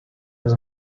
was